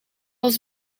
als